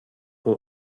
pull